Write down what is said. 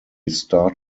star